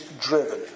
driven